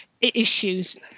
issues